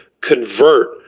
convert